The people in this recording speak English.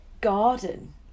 garden